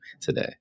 today